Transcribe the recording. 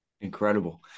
incredible